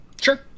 Sure